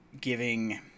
giving